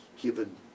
given